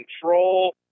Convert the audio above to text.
control